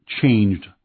changed